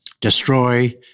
destroy